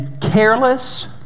careless